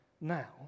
now